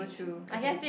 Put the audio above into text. okay